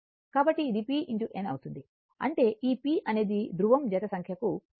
కాబట్టి ఇది p n అవుతుంది అంటేఈ p అనేది ధృవం జత సంఖ్య కు సమానం